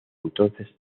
entonces